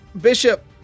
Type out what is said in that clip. Bishop